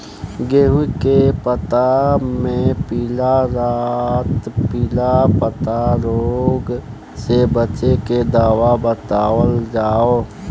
गेहूँ के पता मे पिला रातपिला पतारोग से बचें के दवा बतावल जाव?